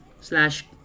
slash